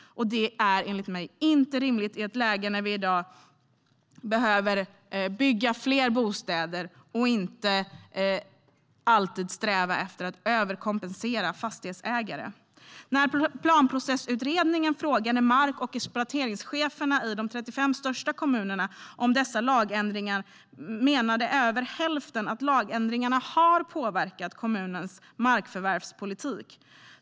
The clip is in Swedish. Det är enligt mig inte rimligt i dagens läge, när vi behöver bygga fler bostäder, att alltid sträva efter att överkompensera fastighetsägare. Planprocessutredningen frågade mark och exploateringscheferna i de 35 största kommunerna om dessa lagändringar. Över hälften av dem menade att lagändringarna har påverkat kommunens markförvärvspolitik.